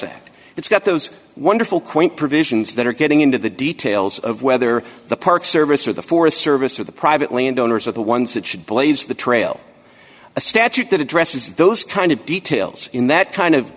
that it's got those wonderful quaint pretty missions that are getting into the details of whether the park service or the forest service or the private landowners are the ones that should blaze the trail a statute that addresses those kind of details in that kind of